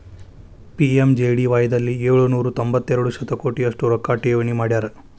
PMJDY ದಲ್ಲಿ ಏಳು ನೂರ ತೊಂಬತ್ತೆರಡು ಶತಕೋಟಿ ಅಷ್ಟು ರೊಕ್ಕ ಠೇವಣಿ ಮಾಡ್ಯಾರ